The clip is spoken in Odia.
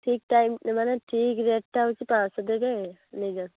ଠିକ୍ ଟାଇମ୍ରେ ମାନେ ଠିକ୍ ରେଟ୍ଟା ପାଂଶହ ଦେବେ ନେଇଯାଅ